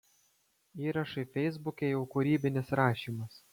įrašai feisbuke jau kūrybinis rašymas